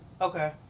Okay